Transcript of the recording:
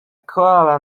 koala